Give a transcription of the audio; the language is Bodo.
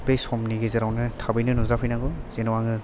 बे समनि गेजेरावनो थाबैनो नुजाफैनांगौ जेन' आङो